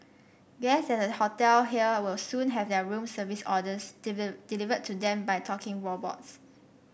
guests at a hotel here will soon have their room service orders delivered to them by talking robots